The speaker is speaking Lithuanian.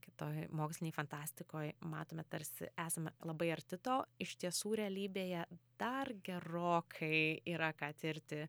kitoj mokslinėj fantastikoj matome tarsi esame labai arti to iš tiesų realybėje dar gerokai yra ką tirti